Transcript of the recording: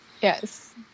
Yes